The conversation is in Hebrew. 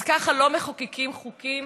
אז ככה לא מחוקקים חוקים